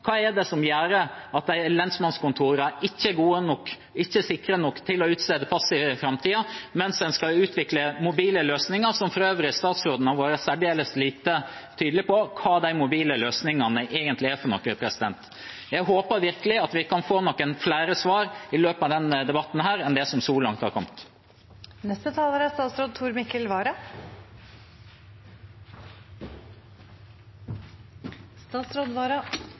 Hva er det som gjør at disse lensmannskontorene ikke er gode og sikre nok til at en kan utstede pass der i framtiden, mens en skal utvikle mobile løsninger, som statsråden for øvrig har vært særdeles lite tydelig på hva egentlig er? Jeg håper virkelig vi kan få noen flere svar i løpet av denne debatten enn det som så langt har